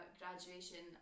graduation